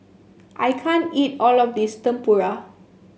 I can't eat all of this Tempura